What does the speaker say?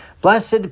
Blessed